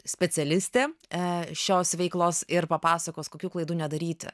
specialistė e šios veiklos ir papasakos kokių klaidų nedaryti